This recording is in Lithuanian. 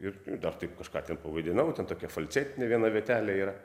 ir dar taip kažką pavaidinau ten tokia falcetinė viena vietelė yra